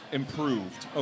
improved